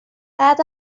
بعد